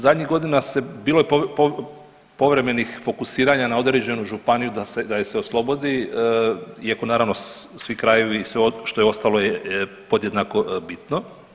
Zadnjih godina bilo je povremenih fokusiranja na određenu županiju da je se oslobodi, iako naravno svi krajevi i sve što je ostalo je podjednako bitno.